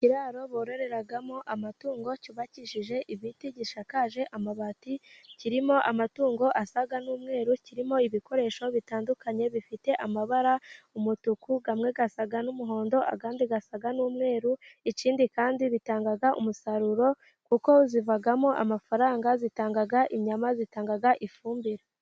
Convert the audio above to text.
Ikiraro bororeramo amatungo, cyubakishije ibiti, gishakaje amabati, kirimo amatungo asa n'umweru, kirimo ibikoresho bitandukanye bifite amabara, umutuku kimwe gisa n'umuhondo, ikindi gisa n'umweru. Ikindi kandi atanga umusaruro, kuko avamo amafaranga, atanga inyama, atanga ifumbire.